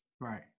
Right